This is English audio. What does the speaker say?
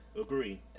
Agree